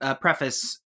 preface